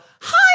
Hi